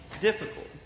difficult